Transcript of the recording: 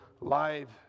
live